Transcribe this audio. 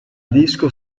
disco